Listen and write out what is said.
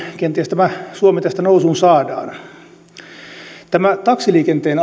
kenties tämä suomi tästä nousuun saadaan tässä taksiliikenteen